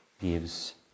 gives